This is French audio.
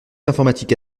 informatique